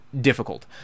difficult